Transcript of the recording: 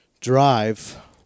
drive